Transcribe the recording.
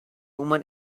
women